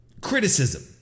Criticism